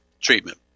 Treatment